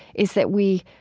is that we